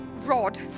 rod